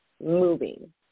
moving